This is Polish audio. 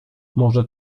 może